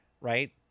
right